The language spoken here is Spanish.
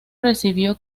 recibió